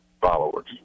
followers